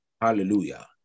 Hallelujah